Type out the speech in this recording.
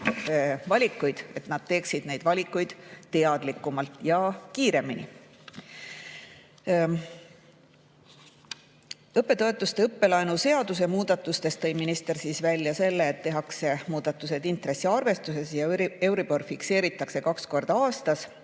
valikuid, et nad teeksid valikuid teadlikumalt ja kiiremini. Õppetoetuste ja õppelaenu seaduse muudatustest tõi minister välja selle, et tehakse muudatused intressiarvestuses ja Euribor fikseeritakse kaks korda aastas.